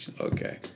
okay